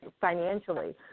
financially